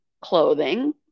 clothing